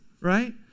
right